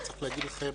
וצריך להגיד לכם,